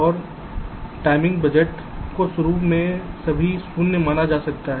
और समय के बजट को शुरू में सभी शून्य माना जा रहा है